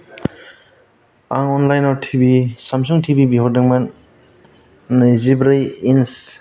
आं अनलाइनाव T V समसुं टि भि बिहरदोंमोन नैजिब्रै इन्च